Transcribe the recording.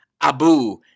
Abu